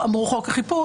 אמרו "חוק החיפוש".